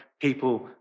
people